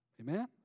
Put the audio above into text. Amen